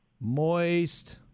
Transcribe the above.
moist